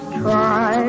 try